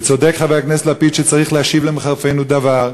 וצודק חבר הכנסת לפיד שצריך להשיב למחרפינו דבר,